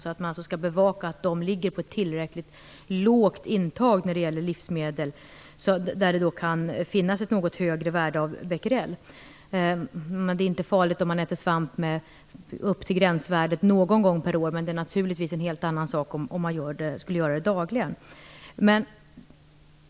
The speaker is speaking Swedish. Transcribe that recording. Man skall alltså bevaka att de ligger på ett tillräckligt lågt intag när det gäller livsmedel där det kan finnas ett något högre becqeurelvärde. Det är inte farligt om man äter svamp upp till gränsvärdet någon gång per år, men det är naturligtvis en helt annan sak om man skulle göra det dagligen.